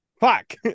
Fuck